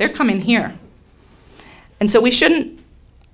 they're coming here and so we shouldn't